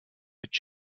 mit